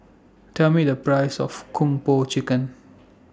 Tell Me The Price of Kung Po Chicken